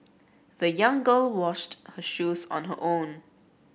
the young girl washed her shoes on her own